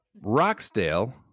Roxdale